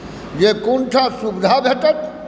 जे कोन ठाम सुविधा भेटत